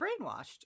brainwashed